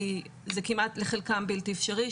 זה לחלקם בלתי אפשרי,